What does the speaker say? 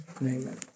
Amen